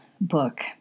book